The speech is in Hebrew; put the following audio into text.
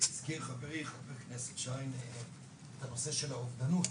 חברי חבר הכנסת שין שאל לגבי הנושא של האובדנות,